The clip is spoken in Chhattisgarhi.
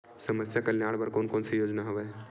समस्या कल्याण बर कोन कोन से योजना हवय?